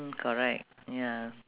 mm correct ya